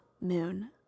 moon